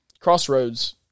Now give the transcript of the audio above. Crossroads